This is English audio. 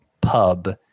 pub